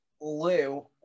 Lou